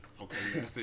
Okay